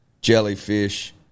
Jellyfish